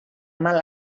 mal